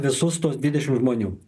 visus tuos dvidešim žmonių